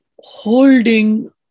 Holding